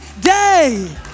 day